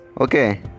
Okay